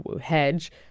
hedge